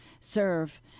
serve